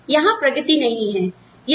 लेकिन यहां प्रगति नहीं है